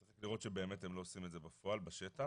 יש לראות שהם באמת לא עושים את זה בפועל, בשטח.